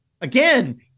again